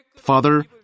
Father